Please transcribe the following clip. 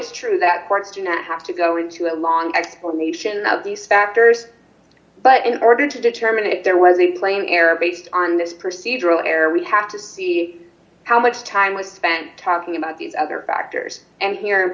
it's true that courts do not have to go into a long explanation of these factors but in order to determine if there was a plain error based on this procedural error we have to see how much time was spent talking about these other factors and here